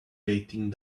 waiting